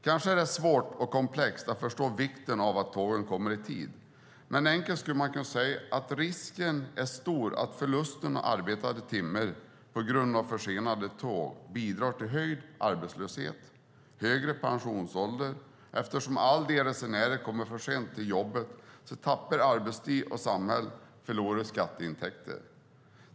Det är kanske svårt och komplext att förstå vikten av att tågen kommer i tid, men enkelt uttryckt skulle man kunna säga att risken är stor att förlusterna i arbetade timmar på grund av försenade tåg bidrar till höjd arbetslöshet och högre pensionsålder eftersom alla de resenärer som kommer för sent till jobbet tappar arbetstid och samhället förlorar skatteintäkter.